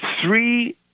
three